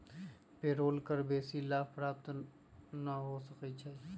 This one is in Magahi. पेरोल कर बेशी लाभ प्राप्त न हो सकै छइ